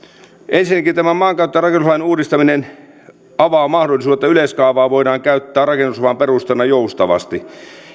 ensinnäkin tämä maankäyttö ja rakennuslain uudistaminen avaa mahdollisuuden että yleiskaavaa voidaan käyttää rakennusluvan perusteena joustavasti